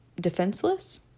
defenseless